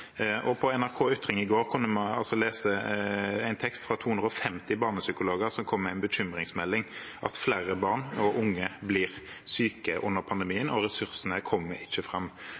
På NRK Ytring i går kunne vi lese en tekst fra 250 barnepsykologer som kom med en bekymringsmelding om at flere barn og unge blir syke under pandemien, og at ressursene ikke kommer fram. For oss i Arbeiderpartiet var ikke